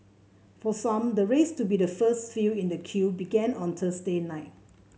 for some the race to be the first few in the queue began on Thursday night